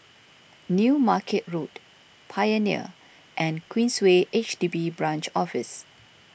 New Market Road Pioneer and Queensway H D B Branch Office